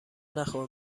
نخور